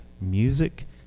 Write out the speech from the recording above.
music